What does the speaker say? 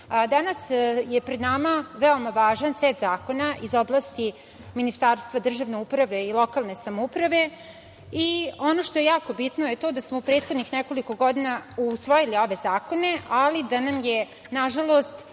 danas je pred nama veoma važan set zakona iz oblasti Ministarstva državne uprave i lokalne samouprave. Ono što je jako bitno je to da smo u prethodnih nekoliko godina usvojili ove zakone, ali da nam je, nažalost,